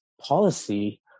policy